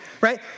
right